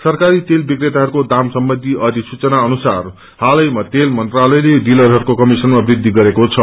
सरकारी तेल विक्रेताहरूको दाम सम्बन्धी अधिसूचना अनुसार हालैमा तेल मंत्रालयले डिलरहरूको कमिशनामा वृद्धि रेको छ